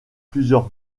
plusieurs